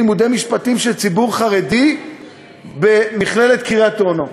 לימודי משפטים של ציבור חרדי במכללת אונו.